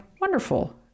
Wonderful